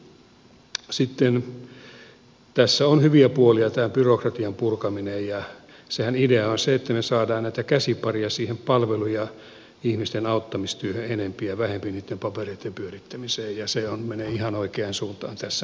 sitten tässä on hyviä puolia tämä byrokratian purkaminen ja senhän idea on se että me saamme näitä käsipareja siihen palvelu ja ihmisten auttamistyöhön enempi ja vähempi niitten papereitten pyörittämiseen ja se menee ihan oikeaan suuntaan tässä mielessä